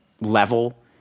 level